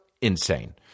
insane